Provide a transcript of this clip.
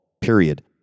Period